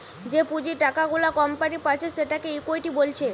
যে পুঁজির টাকা গুলা কোম্পানি পাচ্ছে সেটাকে ইকুইটি বলছে